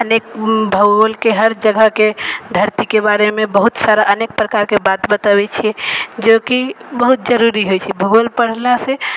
अनेक भूगोलके हर जगहके धरतीके बारेमे बहुत सारा अनेक प्रकारके बात बताबै छिए जोकि बहुत जरूरी होइ छै भूगोल पढ़लासँ